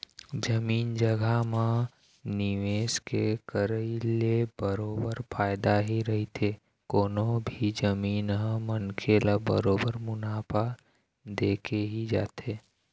जमीन जघा म निवेश के करई ले बरोबर फायदा ही रहिथे कोनो भी जमीन ह मनखे ल बरोबर मुनाफा देके ही जाथे